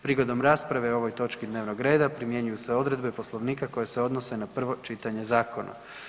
Prigodom rasprave o ovoj točki dnevnog reda primjenjuju se odredbe Poslovnika koje se odnose na prvo čitanje zakona.